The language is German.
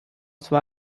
war